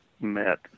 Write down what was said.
met